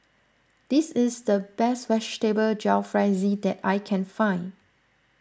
this is the best Vegetable Jalfrezi that I can find